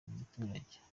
giturage